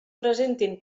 presentin